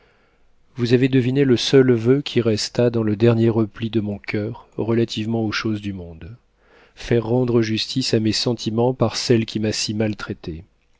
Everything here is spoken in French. vous avez deviné le seul voeu qui restât dans le dernier repli de mon coeur relativement aux choses du monde faire rendre justice à mes sentiments par celle qui m'a si maltraité